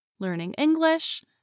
learningenglish